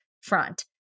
front